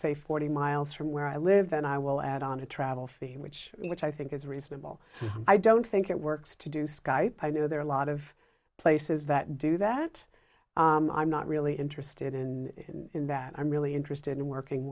say forty miles from where i live then i will add on a travel theme which which i think is reasonable i don't think it works to do skype i know there are a lot of places that do that i'm not really interested in that i'm really interested in working